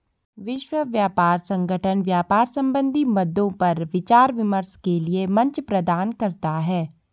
विश्व व्यापार संगठन व्यापार संबंधी मद्दों पर विचार विमर्श के लिये मंच प्रदान करता है